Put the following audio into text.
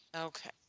okay